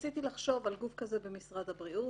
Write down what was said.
ניסיתי לחשוב על גוף כזה במשרד הבריאות,